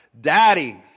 Daddy